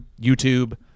YouTube